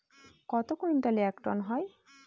কত কুইন্টালে এক টন হয়?